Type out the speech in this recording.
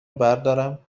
بردارم